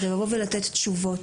כדי לבוא ולתת תשובות,